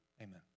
amen